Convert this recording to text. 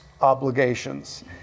obligations